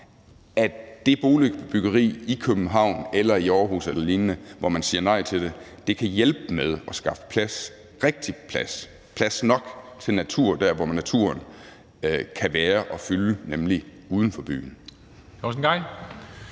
Det boligbyggeri i København eller i Aarhus eller lignende steder, hvor man siger nej til det, kan hjælpe med at skabe plads – rigtig plads, plads nok – til natur der, hvor naturen kan være og fylde, nemlig uden for byen.